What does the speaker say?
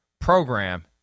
program